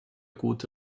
gute